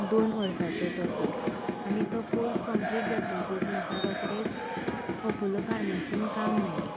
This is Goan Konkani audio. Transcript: दोन वर्सांचो तो कोर्स आनी तो कोर्स कंप्लीट जातकच म्हाका रोकडेंच ओपोलो फार्मासींत काम मेळ्ळें